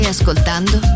ascoltando